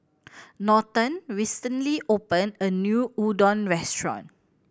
Norton recently opened a new Udon restaurant